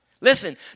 Listen